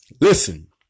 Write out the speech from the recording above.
Listen